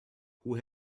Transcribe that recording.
who